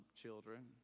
children